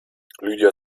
lydia